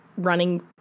Running